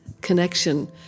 connection